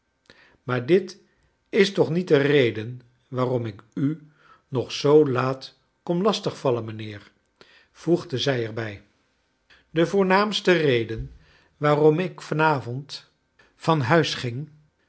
maar dit is toch niet de reden waarom ik u nog zoo laafc kom lastig valien mijnheer voegde zij er bij de voornaamste reden waarom ik van avond van huis ging